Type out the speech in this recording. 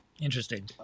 Interesting